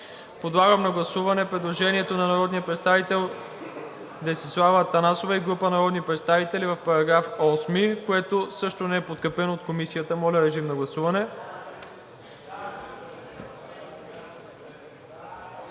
Подлагам на гласуване предложението на народния представител Десислава Атанасова и група народни представители в § 8, което също не е подкрепено от Комисията. Гласували